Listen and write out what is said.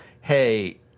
hey